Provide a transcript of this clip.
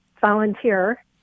volunteer